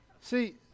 See